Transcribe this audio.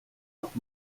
noch